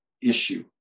issue